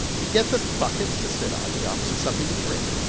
he gets us buckets to sit on. he offers us something to drink.